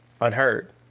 unheard